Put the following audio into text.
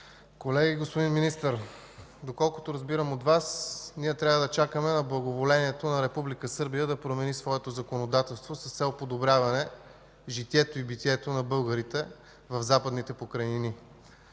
колеги! Господин Министър, доколкото разбирам от Вас, ние трябва да чакаме на благоволението на Република Сърбия да промени своето законодателство с цел подобряване житието и битието на българите в Западните покрайнини.